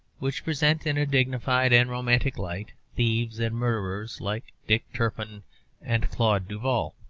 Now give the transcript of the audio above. which present in a dignified and romantic light thieves and murderers like dick turpin and claude duval.